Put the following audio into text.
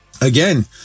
Again